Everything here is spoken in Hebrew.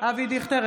אבי דיכטר,